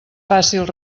fàcil